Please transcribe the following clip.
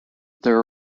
there